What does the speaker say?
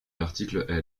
l’article